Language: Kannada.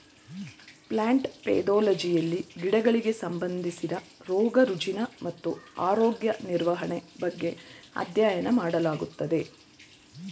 ಪ್ಲಾಂಟ್ ಪೆದೊಲಜಿಯಲ್ಲಿ ಗಿಡಗಳಿಗೆ ಸಂಬಂಧಿಸಿದ ರೋಗ ರುಜಿನ ಮತ್ತು ಆರೋಗ್ಯ ನಿರ್ವಹಣೆ ಬಗ್ಗೆ ಅಧ್ಯಯನ ಮಾಡಲಾಗುತ್ತದೆ